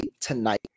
tonight